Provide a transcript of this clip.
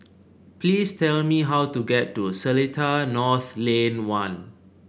please tell me how to get to Seletar North Lane One